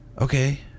Okay